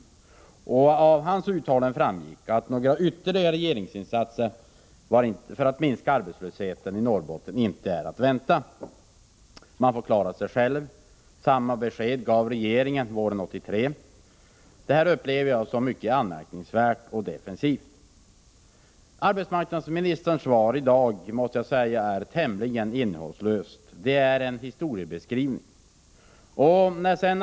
Av statsrådet Carlssons uttalanden framgick att några ytterligare regeringsinsatser för att minska arbetslösheten i Norrbotten inte skulle vara att vänta, utan man får där klara sig själv. Samma besked gav regeringen våren 1983. Jag uppfattar detta svar som mycket anmärkningsvärt och defensivt. Arbetsmarknadsministerns svar i dag är i det närmaste innehållslöst. Det kan sägas vara en historiebeskrivning.